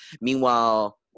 Meanwhile